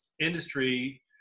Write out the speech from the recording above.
industry